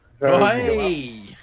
Hey